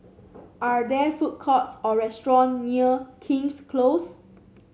are there food courts or restaurant near King's Close